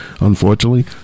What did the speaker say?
unfortunately